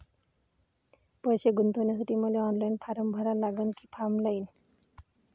पैसे गुंतन्यासाठी मले ऑनलाईन फारम भरा लागन की ऑफलाईन?